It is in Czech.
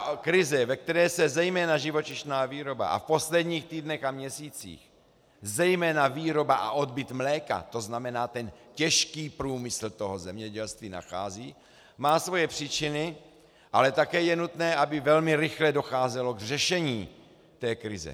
Ta hluboká krize, ve které se zejména živočišná výroba a v posledních týdnech a měsících zejména výroba a odbyt mléka, to znamená těžký průmysl toho zemědělství, nachází, má svoje příčiny, ale také je nutné, aby velmi rychle docházelo k řešení té krize.